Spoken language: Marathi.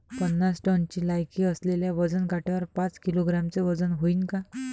पन्नास टनची लायकी असलेल्या वजन काट्यावर पाच किलोग्रॅमचं वजन व्हईन का?